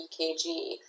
EKG